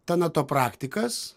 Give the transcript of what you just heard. tanato praktikas